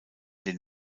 den